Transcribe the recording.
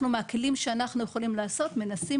אנחנו מהכלים שאנחנו יכולים לעשות מנסים